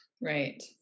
right